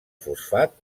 fosfat